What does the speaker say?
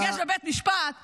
ניפגש בבית משפט.